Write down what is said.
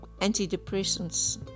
antidepressants